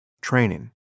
training